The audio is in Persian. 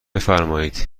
بفرمایید